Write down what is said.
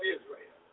Israel